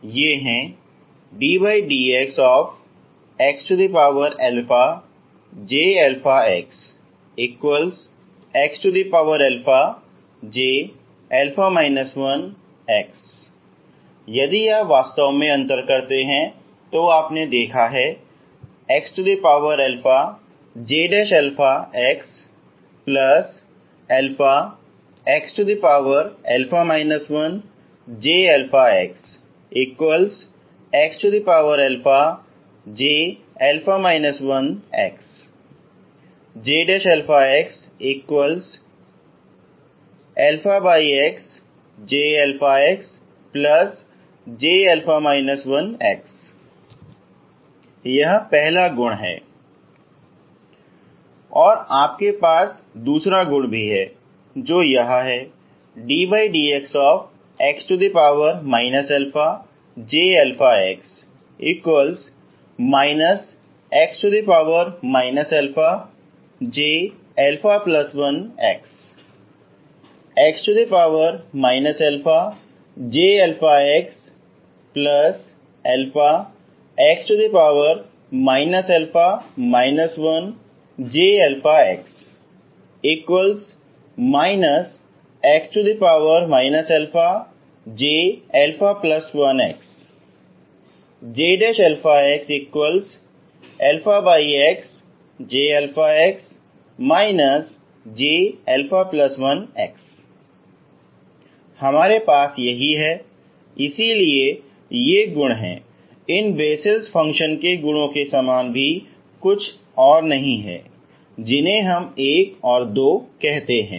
ये हैं ddxxJxxJα 1x यदि आप वास्तव में अंतर करते हैं जो आपने देखा है xJxαxα 1JxxJα 1x JxxJxJα 1x यह पहला गुण है और आपके पास दूसरा गुण भी है जो यह है ddxx αJx x αJα1x x αJxαx α 1Jx x αJα1x JxxJx Jα1x हमारे पास यही है इसलिए ये गुण हैं ये इन बेसेल फ़ंक्शन के गुणों के समान कुछ भी नहीं हैं जिन्हें हम 1 और 2 कहते हैं